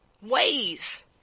ways